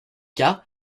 cas